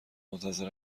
منتظر